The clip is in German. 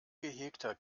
gehegter